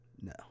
No